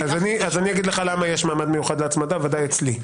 אני אגיד לך למה יש מעמד מיוחד להצמדה, ודאי אצלי.